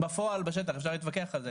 בפועל ובשטח אפשר להתווכח על זה,